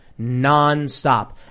nonstop